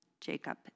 Jacob